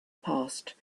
passed